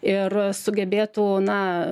ir sugebėtų na